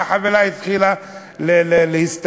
והחבילה התחילה להסתעף,